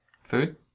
Food